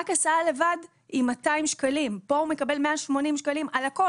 רק הסעה לבד היא 200 שקלים פה הוא מקבל 180 שקלים על הכל,